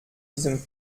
diesem